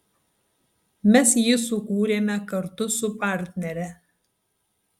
mes jį sukūrėme kartu su partnere